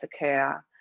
occur